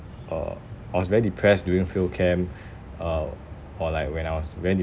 uh I was very depressed during field camp uh or like when I was very